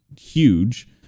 huge